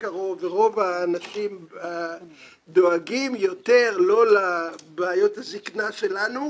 בקרוב ורוב האנשים דואגים יותר לא לבעיות הזקנה שלנו,